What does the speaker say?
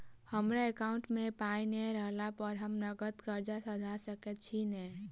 हमरा एकाउंट मे पाई नै रहला पर हम नगद कर्जा सधा सकैत छी नै?